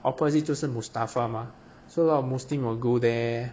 opposite 就是 mustafa mah so lot of muslim will go there